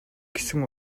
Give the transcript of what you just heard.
гэсэн